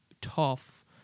tough